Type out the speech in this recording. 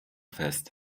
fest